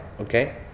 okay